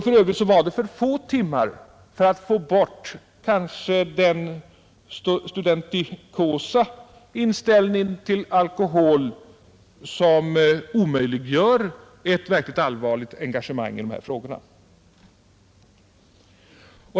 För övrigt var det för få timmar för att man skulle kunna få bort den studentikosa inställningen till alkohol som kanske omöjliggör ett verkligt allvarligt engagemang i dessa frågor.